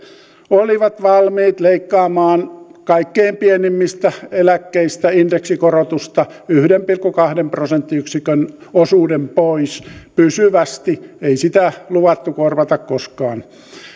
olivat valmiit leikkaamaan kaikkein pienimmistä eläkkeistä indeksikorotusta yhden pilkku kahden prosenttiyksikön osuuden pois pysyvästi ei sitä luvattu korvata koskaan